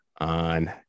on